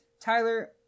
tyler